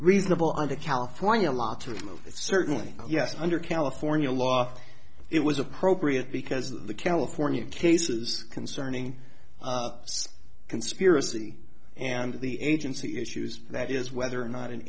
reasonable on the california law to remove it certainly yes under california law it was appropriate because the california cases concerning conspiracy and the agency issues that is whether or not an